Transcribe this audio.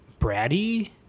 bratty